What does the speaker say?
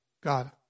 God